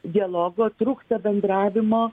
dialogo trūksta bendravimo